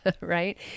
right